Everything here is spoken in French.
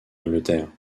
angleterre